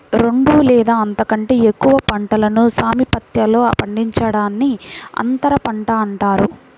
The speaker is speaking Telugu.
రెండు లేదా అంతకంటే ఎక్కువ పంటలను సామీప్యతలో పండించడాన్ని అంతరపంట అంటారు